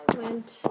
went